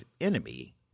enemy